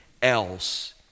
Else